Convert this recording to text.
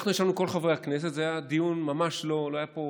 אנחנו ישבנו כל חברי הכנסת, לא היה פה